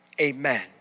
Amen